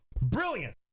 Brilliant